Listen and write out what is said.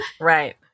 right